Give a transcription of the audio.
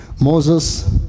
Moses